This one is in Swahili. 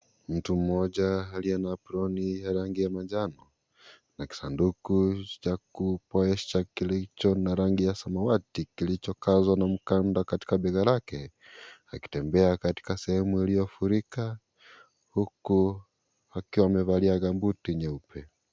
Mtu mmoja aliye na aproni ya rangi ya manjano na kisanduku cha kupoesha kilicho na rangi ya samawati, kilicho kazwa na mkanda katika bidhaa lake akitembea katika sehemu iliyo furika, huku akiwa amevalia gambuti nyeupe.